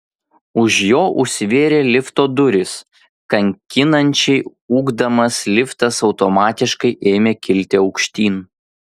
už jo užsivėrė lifto durys kankinančiai ūkdamas liftas automatiškai ėmė kilti aukštyn